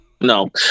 no